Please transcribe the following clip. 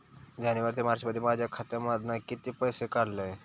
जानेवारी ते मार्चमध्ये माझ्या खात्यामधना किती पैसे काढलय?